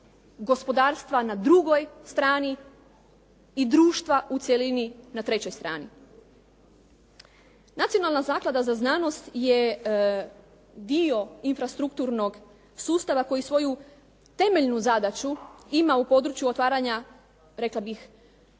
gospodarstva na drugoj strani i društva u cjelini na trećoj strani. Nacionalna zaklada za znanost je dio infrastrukturnog sustava koji svoju temeljnu zadaću ima u području otvaranja rekla bih